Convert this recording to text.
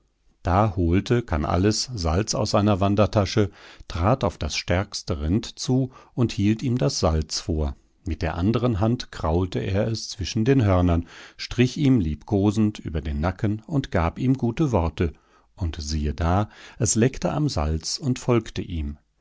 da holte kannalles salz aus seiner wandertasche trat auf das stärkste rind zu und hielt ihm das salz vor mit der anderen hand kraulte er es zwischen den hörnern strich ihm liebkosend über den nacken und gab ihm gute worte und siehe da es leckte am salz und folgte ihm